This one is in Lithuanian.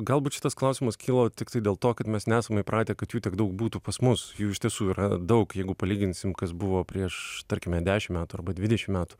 galbūt šitas klausimas kyla tiktai dėl to kad mes nesam įpratę kad jų tiek daug būtų pas mus jų iš tiesų yra daug jeigu palyginsim kas buvo prieš tarkime dešimt metų arba dvidešim metų